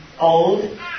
old